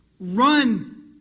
Run